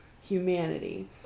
humanity